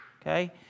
Okay